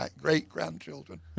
great-grandchildren